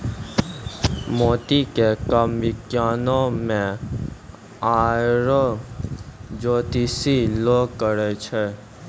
मोती के काम विज्ञानोॅ में आरो जोतिसें लोग करै छै